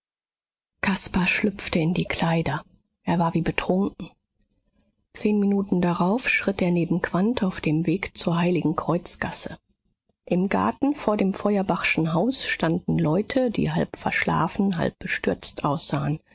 caspar schlüpfte in die kleider er war wie betrunken zehn minuten darauf schritt er neben quandt auf dem weg zur heiligenkreuzgasse im garten vor dem feuerbachschen haus standen leute die halb verschlafen halb bestürzt aussahen